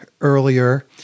earlier